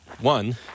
One